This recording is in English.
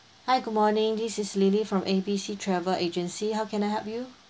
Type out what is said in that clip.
hi good morning this is lily from A B C travel agency how can I help you